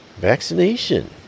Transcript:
Vaccination